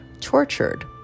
tortured